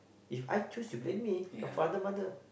If I choose you blame me your father mother